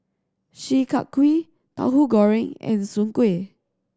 Chi Kak Kuih Tauhu Goreng and Soon Kuih